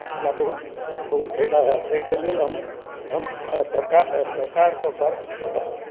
हमरा बहुत बहुत फायदा हैत एहिके लेल हम हम सरकार सरकारके बर